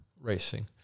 racing